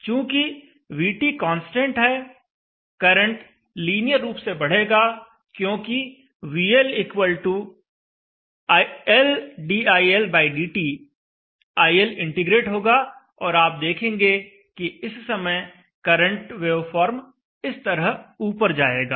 चूँकि VT constant है current linear रूप से बढ़ेगा क्योंकि VLLdILdt IL इंटीग्रेट होगा और आप देखेंगे कि इस समय करंट वेवफॉर्म इस तरह ऊपर जाएगा